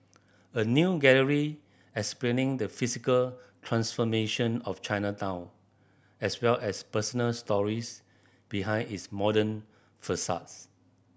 a new gallery explaining the physical transformation of Chinatown as well as personal stories behind its modern facades